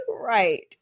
Right